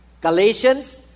Galatians